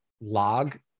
log